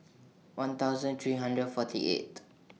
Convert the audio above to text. one thousand three hundred forty eight